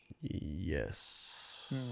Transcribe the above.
Yes